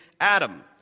Adam